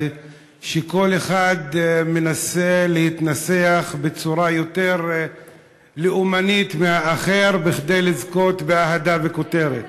שכל אחד מנסה להתנסח בצורה יותר לאומנית מהאחר כדי לזכות באהדה ובכותרת.